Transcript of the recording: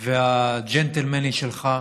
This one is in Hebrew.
והג'נטלמני שלך.